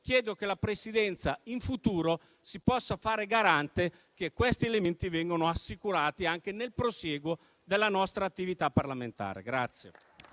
chiedo che la Presidenza in futuro si possa fare garante che questi elementi vengano assicurati anche nel prosieguo della nostra attività parlamentare.